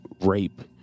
rape